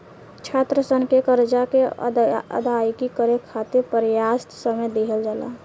छात्रसन के करजा के अदायगी करे खाति परयाप्त समय दिहल जाला